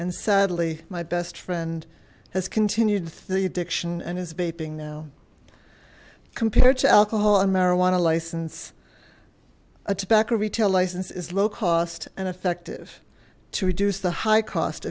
and sadly my best friend has continued the addiction and is vaping now compared to alcohol and marijuana license a tobacco retail license is low cost and effective to reduce the high cost